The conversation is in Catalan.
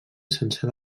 sencer